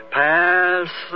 pass